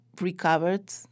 recovered